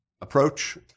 approach